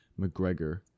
McGregor